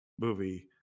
movie